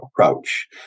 approach